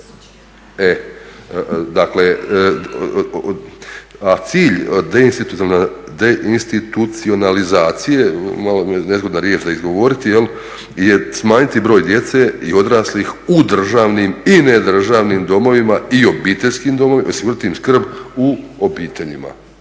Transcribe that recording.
Dakle, a cilj deinstitucionalizacije, malo mi je nezgodna riječ za izgovoriti, je smanjiti broj djece i odraslih u državnim i nedržavnim domovima i obiteljskim domovima, osigurati im skrb u obiteljima.